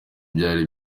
byari